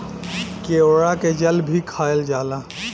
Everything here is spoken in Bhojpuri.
केवड़ा के जल भी खायल जाला